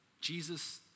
Jesus